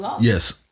Yes